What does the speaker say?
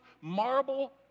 marble